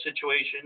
situation